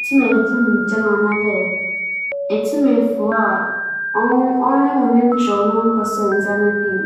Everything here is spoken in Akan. dɛm ntsi mebɛpɛ dɛ mebenya tum wͻ nsudo ma hͻn a wonnyi bi no meetum ama hͻn bi dabaa.